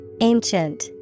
Ancient